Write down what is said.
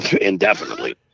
indefinitely